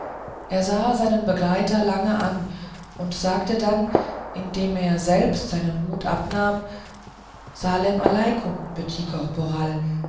er sah seinen begleiter lange an und sagte dann indem er selbst seinen hut abnahm salem aleikum